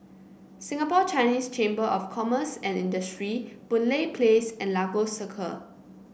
Singapore Chinese Chamber of Commerce and Industry Boon Lay Place and Lagos Circle